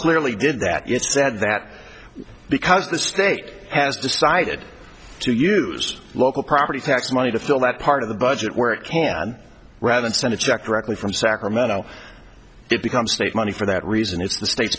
clearly did that it's sad that because the state has decided to use local property tax money to fill that part of the budget where it can rather than send a check directly from sacramento it becomes state money for that reason it's the state